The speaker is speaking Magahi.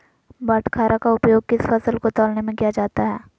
बाटखरा का उपयोग किस फसल को तौलने में किया जाता है?